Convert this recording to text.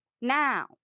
now